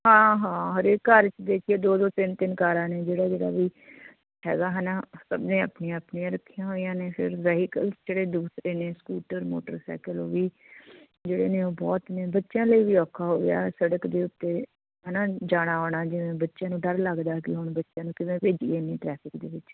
ਹਾਂ ਹਾਂ ਹਰੇਕ ਘਰ 'ਚ ਦੇਖੀਏ ਦੋ ਦੋ ਤਿੰਨ ਤਿੰਨ ਕਾਰਾਂ ਨੇ ਜਿਹੜਾ ਜਿਹੜਾ ਵੀ ਹੈਗਾ ਹੈ ਨਾ ਸਭ ਨੇ ਆਪਣੀਆਂ ਆਪਣੀਆਂ ਰੱਖੀਆਂ ਹੋਈਆਂ ਨੇ ਫਿਰ ਵਹੀਕਲ ਜਿਹੜੇ ਦੂਸਰੇ ਨੇ ਸਕੂਟਰ ਮੋਟਰਸਾਈਕਲ ਉਹ ਵੀ ਜਿਹੜੇ ਨੇ ਉਹ ਬਹੁਤ ਨੇ ਬੱਚਿਆਂ ਲਈ ਵੀ ਔਖਾ ਹੋ ਗਿਆ ਸੜਕ ਦੇ ਉੱਤੇ ਹੈ ਨਾ ਜਾਣਾ ਆਉਣਾ ਜਿਵੇਂ ਬੱਚਿਆਂ ਨੂੰ ਡਰ ਲੱਗਦਾ ਕਿ ਹੁਣ ਬੱਚਿਆਂ ਨੂੰ ਕਿਵੇਂ ਭੇਜੀਏ ਇੰਨੀ ਟਰੈਫਿਕ ਦੇ ਵਿੱਚ